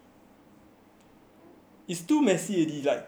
it's too messy already like too many things happening at once